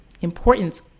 Importance